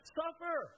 suffer